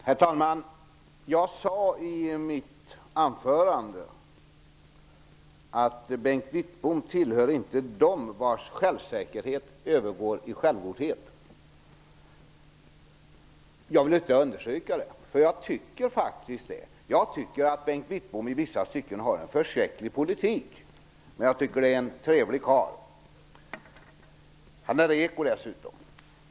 Herr talman! Jag sade i mitt anförande att Bengt Wittbom inte hör till dem som vars självsäkerhet övergår i självgodhet. Jag vill ytterligare understyrka det. Jag tycker faktiskt det. Jag anser att Bengt Wittbom i vissa stycken företräder en förskräcklig politik, men jag tycker att det är en trevlig karl. Han är reko dessutom.